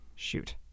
shoot